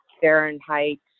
Fahrenheit